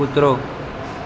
કૂતરો